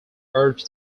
urged